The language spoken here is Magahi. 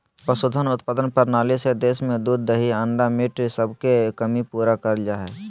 पशुधन उत्पादन प्रणाली से देश में दूध दही अंडा मीट सबके कमी पूरा करल जा हई